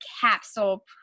capsule